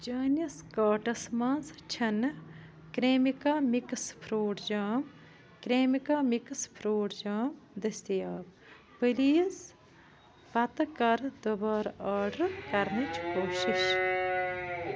چٲنِس کارٹس مَنٛز چھنہٕ Cremica mix fruit jam Cremica mix fruit jam دٔسیتاب پلیز پتہٕ کَر دُبارٕ آرڈر کرنٕچ کوٗشِش